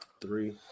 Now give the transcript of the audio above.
Three